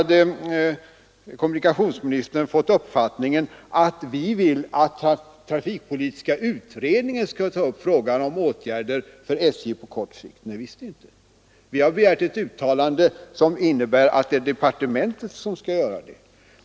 Kommunikationsministern hade fått den uppfattningen att vi vill att trafikpolitiska utredningen skall ta upp frågan om åtgärder för SJ på kort sikt. Nej, visst inte. Vi har begärt ett uttalande som innebär att departementet skall göra det.